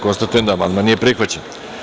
Konstatujem da amandman nije prihvaćen.